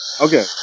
Okay